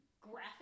graphic